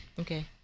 Okay